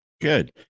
good